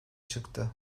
çıktı